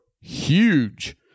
huge